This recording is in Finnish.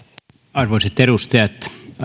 arvoisat edustajat